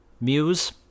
muse